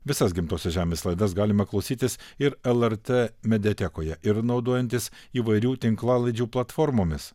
visas gimtosios žemės laidas galima klausytis ir lrt mediatekoje ir naudojantis įvairių tinklalaidžių platformomis